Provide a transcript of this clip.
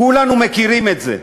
כולנו מכירים את זה.